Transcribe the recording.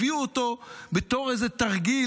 הביאו אותו בתור איזה תרגיל,